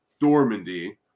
Dormandy